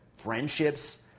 friendships